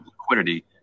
liquidity